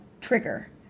trigger